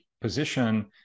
position